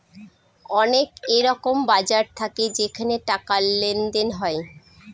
অনেক এরকম বাজার থাকে যেখানে টাকার লেনদেন হয়